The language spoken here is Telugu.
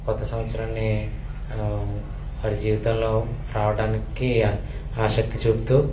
కొత్త సంవత్సరాన్ని వారి జీవితంలో రావడానికి ఆశక్తి చూపుతూ